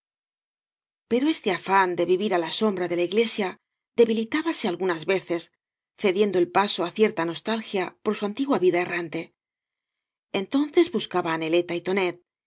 pero este afán de vivir á la sombra de la iglesia debilitábase algunas veces cediendo el paso á cierta nostalgia por su antigua vida errante entonces buscaba á neleta y tonet